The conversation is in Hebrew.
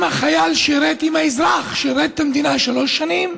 אם החייל, אם האזרח שירת את המדינה שלוש שנים,